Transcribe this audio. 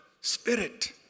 spirit